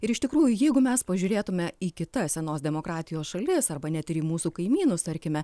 ir iš tikrųjų jeigu mes pažiūrėtume į kitas senos demokratijos šalis arba net ir į mūsų kaimynus tarkime